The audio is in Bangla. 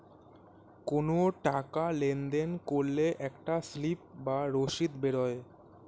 কোনো টাকা লেনদেন করলে একটা স্লিপ বা রসিদ বেরোয়